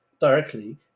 directly